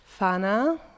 Fana